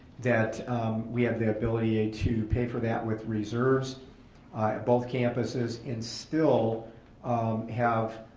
that we have the ability to pay for that with reserves at both campuses and still um have